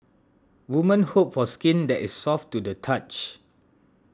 women hope for skin that is soft to the touch